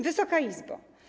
Wysoka Izbo!